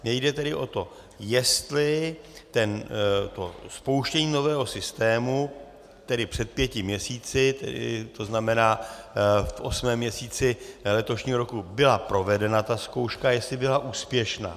Mně jde tedy o to, jestli to spouštění nového systému, tedy před pěti měsíci, to znamená v osmém měsíci letošního roku, byla provedena ta zkouška, jestli byla úspěšná.